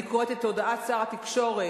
אני קוראת את הודעת שר התקשורת,